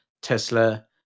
Tesla